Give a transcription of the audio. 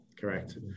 Correct